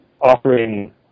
offering